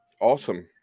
Awesome